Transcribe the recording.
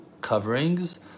coverings